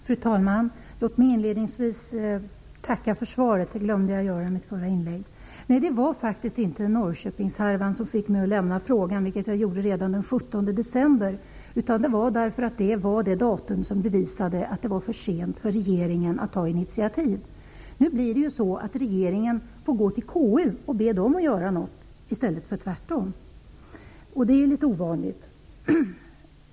Fru talman! Låt mig inledningsvis tacka för svaret, vilket jag glömde att göra i mitt förra inlägg. Det var faktiskt inte Norrköpingshärvan som fick mig att ställa min fråga, vilket jag gjorde redan den 17 december, utan anledningen var att det var det datum när det bevisligen hade blivit för sent för regeringen att ta initiativ. Det blir nu så att regeringen måste gå till KU och be det att göra någonting, i stället för tvärtom, och det är litet ovanligt.